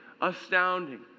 astounding